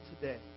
today